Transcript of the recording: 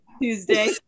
Tuesday